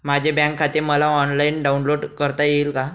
माझे बँक खाते मला ऑनलाईन डाउनलोड करता येईल का?